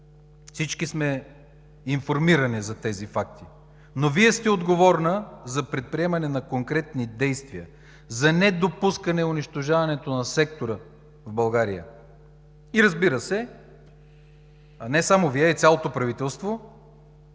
Всички сме информирани за тези факти, но Вие сте отговорна за предприемане на конкретни действия за недопускане унищожаването на сектора в България и, разбира се, не само Вие, а и цялото правителство,